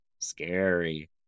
Scary